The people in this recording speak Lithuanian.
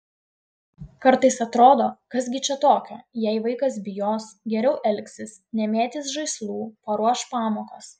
kartais atrodo kas gi čia tokio jei vaikas bijos geriau elgsis nemėtys žaislų paruoš pamokas